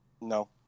No